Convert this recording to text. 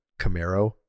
Camaro